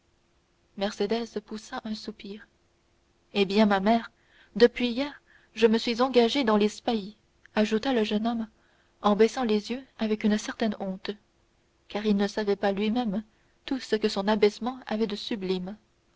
pris mercédès poussa un soupir eh bien ma mère depuis hier je suis engagé dans les spahis ajouta le jeune homme en baissant les yeux avec une certaine honte car il ne savait pas lui-même tout ce que son abaissement avait de sublime